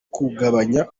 kugabanya